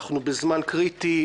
אנחנו בזמן קריטי,